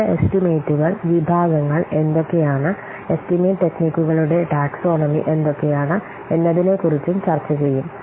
വിവിധ എസ്റ്റിമേറ്റുകൾ വിഭാഗങ്ങൾ എന്തൊക്കെയാണ് എസ്റ്റിമേറ്റ് ടെക്നിക്കുകളുടെ ടാക്സോണമി എന്തൊക്കെയാണ് എന്നതിനെക്കുറിച്ചും ചർച്ച ചെയ്യും